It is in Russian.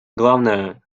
главное